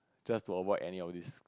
just to avoid any of these